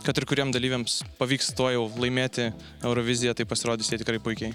kad ir kuriem dalyviams pavyks to jau laimėti euroviziją tai pasirodys jie tikrai puikiai